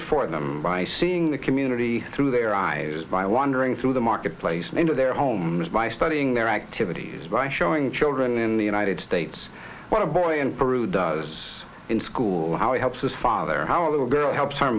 it for them by seeing the community through their eyes by wandering through the marketplace and into their homes by studying their activities by showing children in the united states what a boy in peru does in school how he helps his father how a little girl helps her